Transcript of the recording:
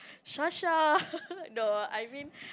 Sha-sha no I mean